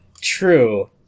true